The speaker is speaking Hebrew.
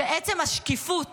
שעצם השקיפות